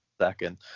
second